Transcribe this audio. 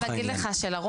אני רוצה להגיד לך שלרוב,